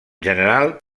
general